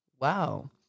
Wow